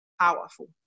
Powerful